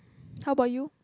how about you